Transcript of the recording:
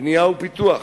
בנייה ופיתוח,